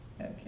Okay